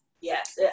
Yes